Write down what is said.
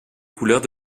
couleurs